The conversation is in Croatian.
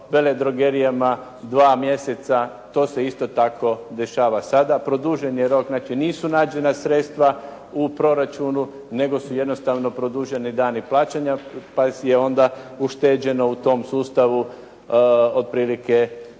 veledrogerijama dva mjesec, a to se isto dešava sada. Produžen je rok, znači nisu nađena sredstva u proračunu nego su jednostavno produženi dani plaćanja pa je onda ušteđeno u tom sustavu otprilike